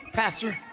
pastor